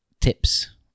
tips